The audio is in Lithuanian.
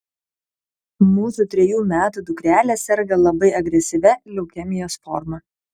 mūsų trejų metų dukrelė serga labai agresyvia leukemijos forma